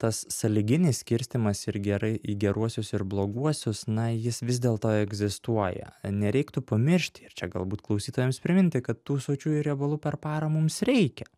tas sąlyginis skirstymas ir gerai į geruosius ir bloguosius na jis vis dėlto egzistuoja nereiktų pamiršti ir čia galbūt klausytojams priminti kad tų sočiųjų riebalų per parą mums reikia